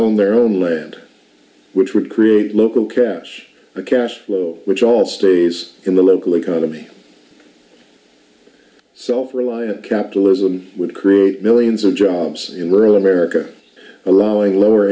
their own land which would create local cash a cash flow which all stays in the local economy so for a lie of capitalism would create millions of jobs in rural america allowing lower